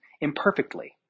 imperfectly